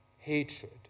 Hatred